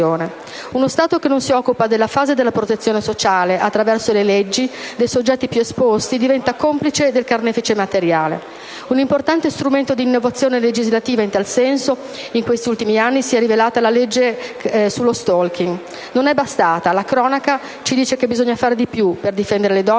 attraverso le leggi, della fase della protezione sociale dei soggetti più esposti, diventa complice del carnefice materiale. Un importante strumento di innovazione legislativa in tal senso, in questi ultimi anni, si è rivelata la legge sullo *stalking*. Non è bastata. La cronaca ci dice che bisogna fare di più per difendere le donne